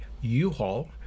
U-Haul